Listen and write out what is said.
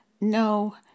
no